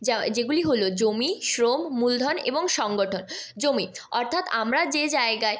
যা যেগুলি হল জমি শ্রম মূলধন এবং সংগঠন জমি অর্থাৎ আমরা যে জায়গায়